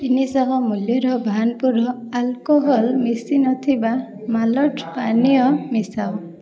ତିନିଶହ ମୂଲ୍ୟର ଭାନପୁରର ଆଲ୍କୋହଲ ମିଶିନଥିବା ମାଲ୍ଟ ପାନୀୟ ମିଶାଅ